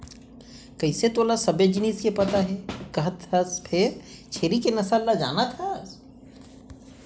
कइसे तोला सबे जिनिस के पता हे कहत हस फेर छेरी के नसल ल जानत हस?